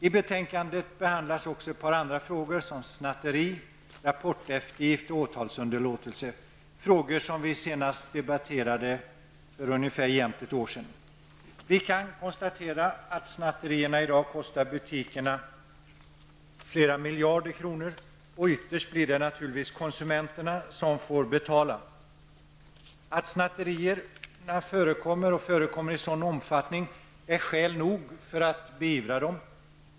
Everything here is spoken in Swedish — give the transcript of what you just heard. I betänkandet behandlas också ett par andra frågor som snatteri, rapporteftergift och åtalsunderlåtelse, frågor som vi debatterade senast för ungefär ett år sedan. Vi kan konstatera att snatterierna i dag kostar butikerna flera miljarder kronor. Ytterst blir det naturligtvis konsumenterna som får betala. Att snatterierna förekommer i en sådan omfattning är skäl nog att beivra dem.